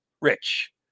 Rich